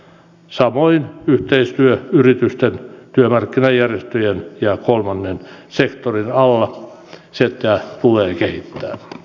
samoin yhteistyötä yritysten työmarkkinajärjestöjen ja kolmannen sektorin alla tulee kehittää